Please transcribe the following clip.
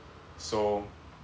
so